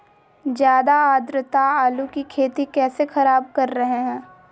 ज्यादा आद्रता आलू की खेती कैसे खराब कर रहे हैं?